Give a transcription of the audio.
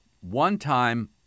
One-time